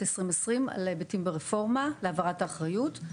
2020 על היבטים ברפורמה להעברת האחריות.